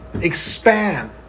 expand